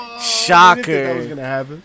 Shocker